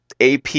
AP